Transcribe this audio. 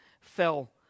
fell